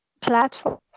platform